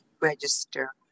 register